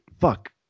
fuck